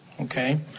Okay